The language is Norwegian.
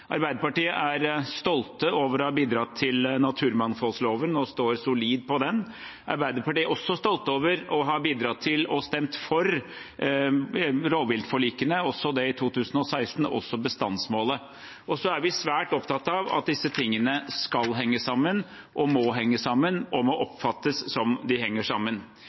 Arbeiderpartiet er stolt over å ha bidratt til naturmangfoldloven og står solid på den. Arbeiderpartiet er også stolt over å ha bidratt til og stemt for rovviltforlikene, også det i 2016, og bestandsmålet. Og så er vi svært opptatt av at disse tingene skal henge sammen og må henge sammen og må oppfattes som at de henger sammen.